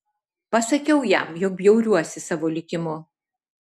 pasakiau jam jog bjauriuosi savo likimu